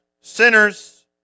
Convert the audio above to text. sinners